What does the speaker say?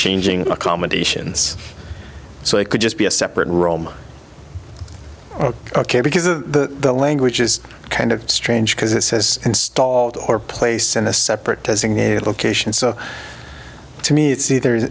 changing accommodations so it could just be a separate room ok because the language is kind of strange because it says installed or placed in a separate designated location so to me it's either